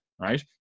right